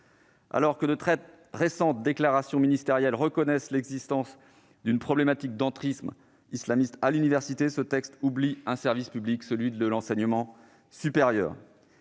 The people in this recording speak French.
Alors que de très récentes déclarations ministérielles reconnaissent l'existence d'une problématique d'entrisme islamiste à l'université, ce texte oublie un service public : celui de l'enseignement supérieur.